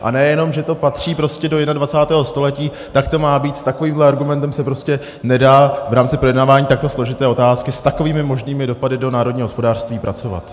A nejenom že to patří prostě do jednadvacátého století, tak to má být, s takovým argumentem se prostě nedá v rámci projednávání takto složité otázky s takovými možnými dopady do národního hospodářství pracovat.